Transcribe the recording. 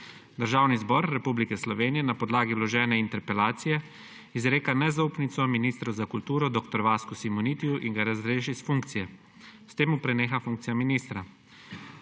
Državni zbor Republike Slovenije na podlagi vložene interpelacije izreka nezaupnico ministru za kulturo dr. Vasku Simonitiju in ga razreši s funkcije. S tem mu preneha funkcija ministra.